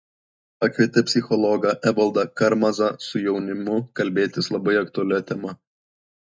pakvietė psichologą evaldą karmazą su jaunimu kalbėtis labai aktualia tema